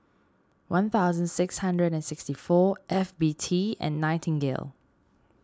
one thousand six hundred and sixty four F B T and Nightingale